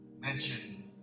mention